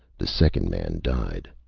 the second man died.